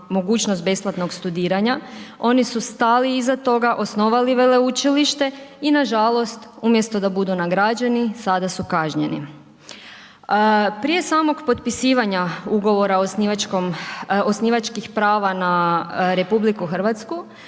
mogućnost besplatnog studiranja, oni su stali iza toga, osnovali veleučilište i nažalost umjesto da budu nagrađeni sada su kažnjeni. Prije samog potpisivanja ugovora o osnivačkom, osnivačkih